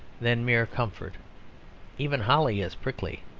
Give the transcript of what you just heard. than mere comfort even holly is prickly.